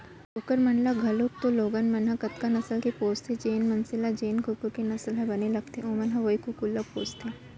कुकुर मन ल घलौक तो लोगन मन ह कतका नसल के पोसथें, जेन मनसे मन ल जेन कुकुर के नसल ह बने लगथे ओमन ह वोई कुकुर ल पोसथें